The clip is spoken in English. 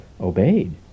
obeyed